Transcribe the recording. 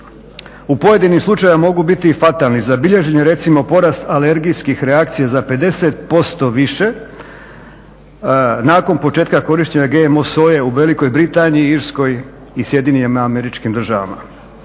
u pojedinim slučajevima mogu biti i fatalni. Zabilježen je recimo porast alergijskih reakcija za 50% više nakon početka korištenja GMO soje u Velikoj Britaniji, Irskoj i SAD-u. Zbog iznijetih